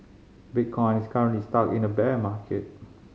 bitcoin is currently stuck in a bear market